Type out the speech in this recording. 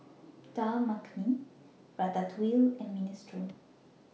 Dal Makhani Ratatouille and Minestrone